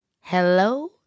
Hello